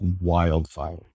wildfire